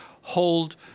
hold